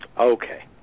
Okay